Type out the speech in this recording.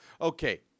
okay